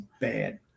bad